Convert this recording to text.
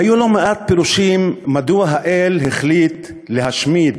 היו לא מעט פירושים מדוע האל החליט להשמיד